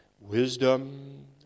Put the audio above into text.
wisdom